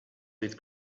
with